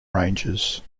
ranges